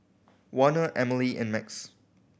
Warner Emily and Max